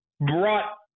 brought